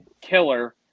killer